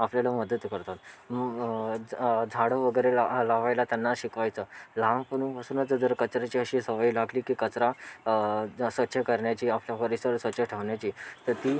आपल्याला मदत करतात झाडं वगैरे ला लावायला त्यांना शिकवायचं लहानपणीपासूनच जर कचऱ्याची अशी सवय लागली की कचरा स्वच्छ करण्याची आपला परिसर स्वच्छ ठेवण्याची तर ती